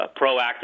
proactive